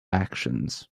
actions